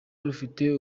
rufite